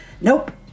Nope